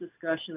discussion